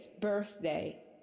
birthday